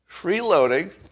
Freeloading